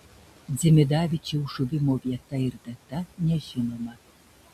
dzimidavičiaus žuvimo vieta ir data nežinoma